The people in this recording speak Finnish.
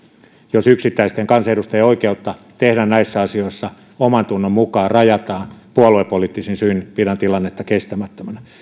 jos yksittäisten kansanedustajien oikeutta tehdä näissä asioissa omantunnon mukaan rajataan puoluepoliittisin syin pidän tilannetta kestämättömänä